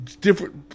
different